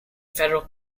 federal